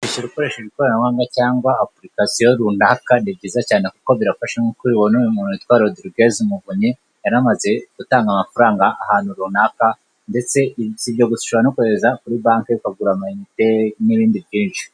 Kwishyura ukoresheje ikoranabuhanga cyangwa apurikasiyo runaka ni byiza cyane kuko birafasha nkuko mubibona uyu muntu witwa Rodriguez Muvunyi yaramaze gutanga amafaranga ahantu runaka si ibyo gusa ushobora no kohereza kuri bake ukagura amayinite n'ibindi byunshi.